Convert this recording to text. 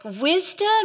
wisdom